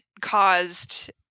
caused